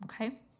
okay